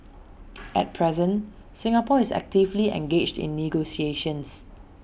at present Singapore is actively engaged in negotiations